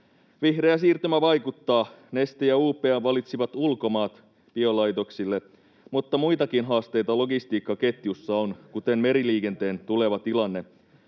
Vihreä siirtymä vaikuttaa: Neste ja UPM valitsivat ulkomaat biolaitoksille. Mutta muitakin haasteita logistiikkaketjussa on, kuten meriliikenteen tuleva tilanne.